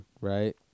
right